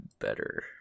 better